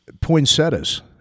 poinsettias